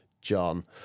John